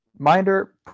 Minder